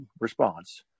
response